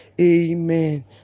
Amen